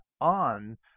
on